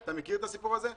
אתה מכיר את הסיפור הזה?